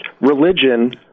religion